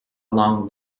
long